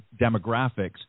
demographics